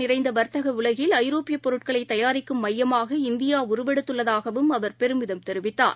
நிறைந்தவர்த்தகஉலகில் ஐரோப்பியபொருட்களைதயாரிக்கும் போட்டகள் மையமாக இந்தியாஉருவெடுத்துள்ளதகாவும் அவர் பெருமிதம் தெரிவித்தார்